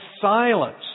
silence